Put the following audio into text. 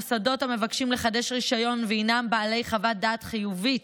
מוסדות המבקשים לחדש רישיון והינם בעלי חוות דעת חיוביות